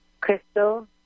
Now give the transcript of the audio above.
crystal